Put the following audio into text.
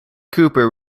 cooper